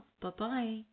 Bye-bye